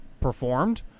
performed